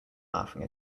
laughing